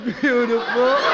beautiful